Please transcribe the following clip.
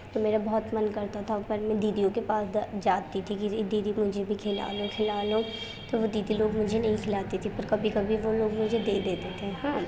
تو میرا بہت من کرتا تھا پر میں دیدیوں کے پاس جاتی تھی کہ دیدی مجھے بھی کھیلا لو کھیلا لو تو وہ دیدی لوگ مجھے نہیں کھیلاتی تھیں پر کبھی کبھی وہ لوگ مجھے دے دیتی تھیں ہاں